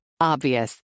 Obvious